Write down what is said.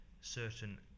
certain